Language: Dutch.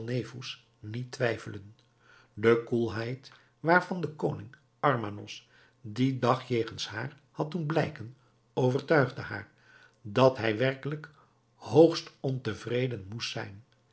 niet twijfelen de koelheid waarvan de koning armanos dien dag jegens haar had doen blijken overtuigde haar dat hij werkelijk hoogst ontevreden moest zijn